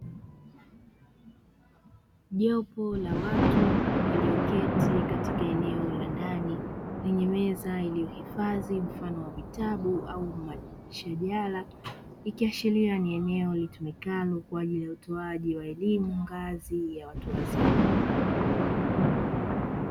Jopo la watu walioketi katika eneo landani lenye meza iliyo hifandhi mfano wa vitabu au mashajala, ikiashiria ni eneo litumikalo kwa ajili ya elimu ngazi ya watu wazima.